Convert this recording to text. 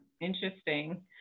Interesting